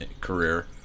career